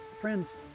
Friends